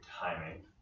timing